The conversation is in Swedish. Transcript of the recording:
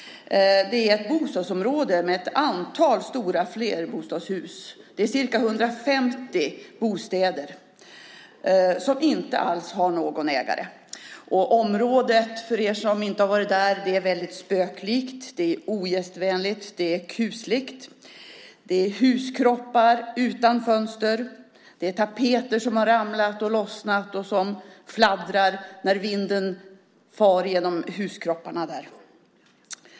Det är ett bostadsområde med ett antal stora flerbostadshus. Det är ca 150 bostäder som inte alls har någon ägare. Området, för er som inte varit där, är väldigt spöklikt. Det är ogästvänligt. Det är kusligt. Det är huskroppar utan fönster. Det är tapeter som har ramlat och lossnat och som fladdrar när vinden far genom huskropparna.